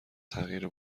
تغییر